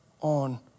on